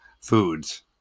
foods